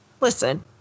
listen